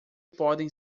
podem